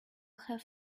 have